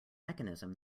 mechanism